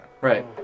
right